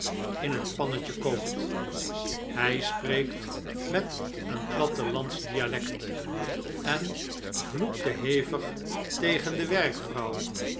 in een pannetje kookt hij spreekt met een plattelandsch dialect en vloekte hevig tegen de